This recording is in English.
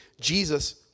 Jesus